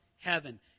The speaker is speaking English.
heaven